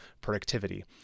productivity